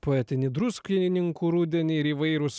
poetinį druskininkų rudenį ir įvairūs